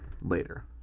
later